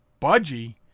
budgie